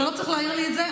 אתה לא צריך להעיר לי את זה.